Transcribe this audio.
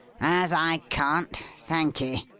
as i can't thank'ee.